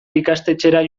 ikastetxera